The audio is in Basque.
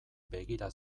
begira